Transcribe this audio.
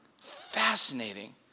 Fascinating